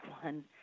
one